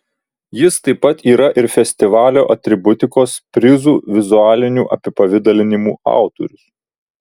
jis taip pat yra ir festivalio atributikos prizų vizualinių apipavidalinimų autorius